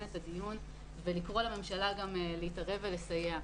את הדיון ולקרוא לממשלה גם להתערב ולסייע.